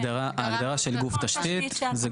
יש הגדרה לגוף תשתית.